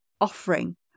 offering